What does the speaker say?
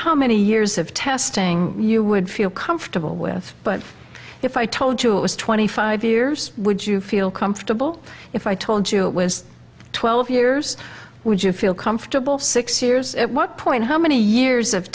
how many years of testing you would feel comfortable with but if i told you it was twenty five years would you feel comfortable if i told you it was twelve years would you feel comfortable six years at what point how many years of